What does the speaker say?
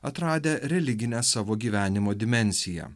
atradę religinę savo gyvenimo dimensiją